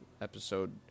episode